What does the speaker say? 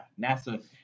NASA